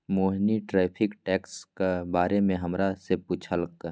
मोहिनी tariff टैक्सक बारे मे हमरा सँ पुछलक